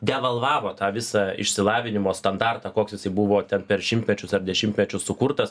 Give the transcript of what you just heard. devalvavo tą visą išsilavinimo standartą koks jisai buvo ten per šimtmečius ar dešimtmečius sukurtas